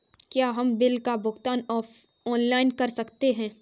क्या हम बिल का भुगतान ऑनलाइन कर सकते हैं?